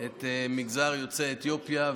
את מגזר יוצאי אתיופיה.